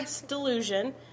Delusion